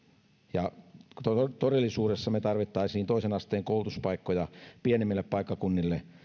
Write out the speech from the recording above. ja todellisuudessa me tarvitsisimme toisen asteen koulutuspaikkoja pienemmille paikkakunnille